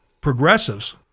progressives